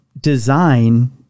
design